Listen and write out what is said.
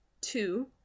two